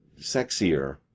sexier